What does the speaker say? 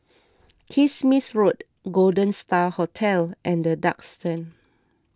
Kismis Road Golden Star Hotel and the Duxton